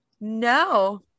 No